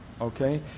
okay